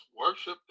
worship